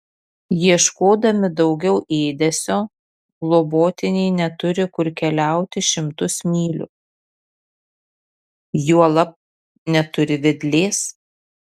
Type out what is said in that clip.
ieškodami daugiau ėdesio globotiniai neturi kur keliauti šimtus mylių juolab neturi vedlės